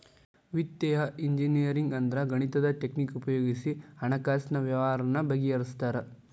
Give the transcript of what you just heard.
ವಿತ್ತೇಯ ಇಂಜಿನಿಯರಿಂಗ್ ಅಂದ್ರ ಗಣಿತದ್ ಟಕ್ನಿಕ್ ಉಪಯೊಗಿಸಿ ಹಣ್ಕಾಸಿನ್ ವ್ಯವ್ಹಾರಾನ ಬಗಿಹರ್ಸ್ತಾರ